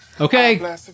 Okay